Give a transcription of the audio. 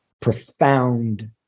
profound